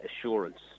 assurance